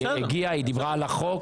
היא הגיעה, היא דיברה על החוק.